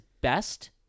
best